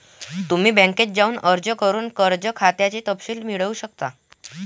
तुम्ही बँकेत जाऊन अर्ज करून कर्ज खात्याचे तपशील मिळवू शकता